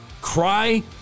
cry